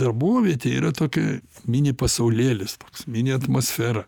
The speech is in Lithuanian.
darbovietė yra tokia mini pasaulėlis toks mini atmosfera